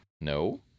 No